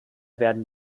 werden